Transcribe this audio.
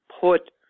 put